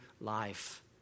life